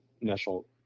National